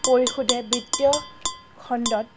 পৰিশোধে বিত্তীয় খণ্ডত